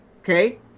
Okay